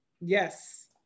Yes